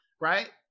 right